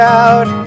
out